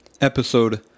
episode